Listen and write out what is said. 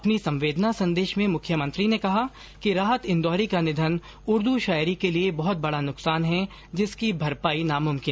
अपने संवेदना संदेश में मुख्यमंत्री ने कहा कि राहत इंदौरी का निधन उर्दू शायरी के लिए बहुत बडा नुकसान हैं जिसकी भरपाई नामुमकिन है